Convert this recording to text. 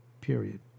Period